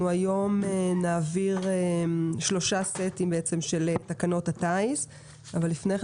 אנחנו היום נעבור שלושה סטים של תקנות הטיס אבל לפני כן